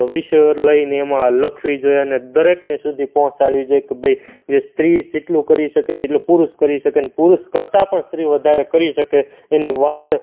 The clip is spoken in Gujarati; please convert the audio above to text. વિષયો લઈને એમાં લખવી જોઈએ અને દરેકને સુધી પહોંચાડવી જોઈએ કે ભઈ જે સ્ત્રી સેટલું કરી શકે જેટલું પુરુષ કરી શકે ને પુરુષ કરતાં પણ સ્ત્રી વધારે કરી શકે એની વાત